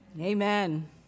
Amen